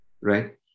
right